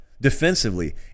defensively